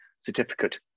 certificate